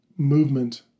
movement